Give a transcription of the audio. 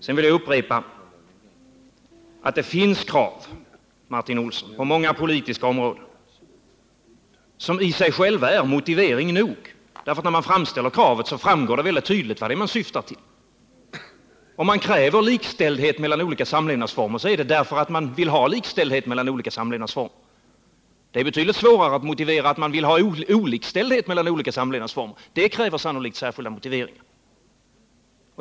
Sedan vill jag upprepa att det finns krav, Martin Olsson, på många politiska områden som i sig själva är motivering nog. Om man framställer kravet framgår det tydligt vad man syftar till. Om man kräver likställdhet mellan olika samlevnadsformer är det därför att man vill ha likställdhet mellan olika samlevnadsformer. Det är betydligt svårare att motivera att man vill ha olikställdhet mellan samlevnadsformerna. Det kräver sannolikt särskilda motiveringar.